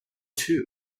two